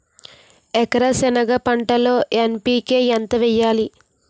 ఎకర సెనగ పంటలో ఎన్.పి.కె ఎంత వేయాలి?